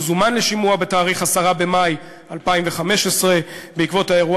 הוא זומן לשימוע בתאריך 10 במאי 2015. בעקבות האירוע